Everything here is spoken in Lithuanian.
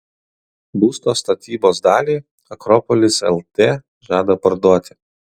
būsto statybos dalį akropolis lt žada parduoti